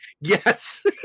Yes